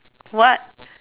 what